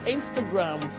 Instagram